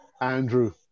Andrew